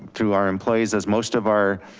through our employees as most of our,